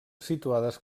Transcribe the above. situades